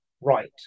right